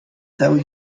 cały